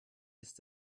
ist